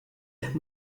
las